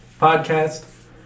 podcast